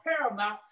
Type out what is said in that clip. paramount